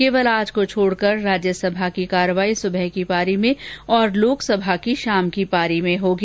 केवल आज को छोड़कर राज्यसभा की कार्यवाही सुबह की पारी में और लोकसभा की शाम पारी में होगी